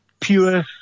pure